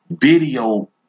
video